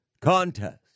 contest